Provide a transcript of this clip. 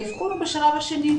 האבחון הוא בשלב השני,